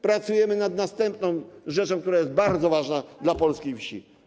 Pracujemy nad następną rzeczą, która jest bardzo ważna dla polskiej wsi.